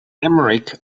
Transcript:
emeric